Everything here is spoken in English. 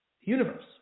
universe